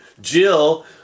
Jill